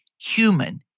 human